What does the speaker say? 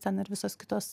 ten ir visos kitos